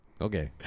Okay